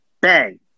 Bang